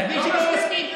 תגיד שלא מסכים.